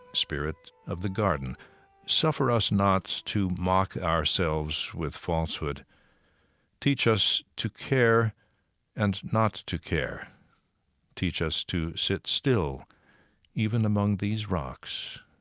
spirit of the garden suffer us not to mock ourselves with falsehood teach us to care and not to care teach us to sit still even among these rocks,